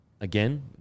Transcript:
Again